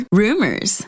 rumors